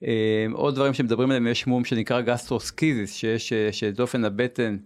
עוד דברים שמדברים עליהם יש מום שנקרא גסטרוסקיזיס שזה אופן הבטן.